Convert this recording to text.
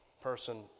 person